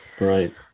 Right